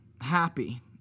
happy